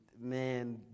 man